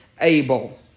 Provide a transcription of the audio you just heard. Abel